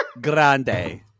grande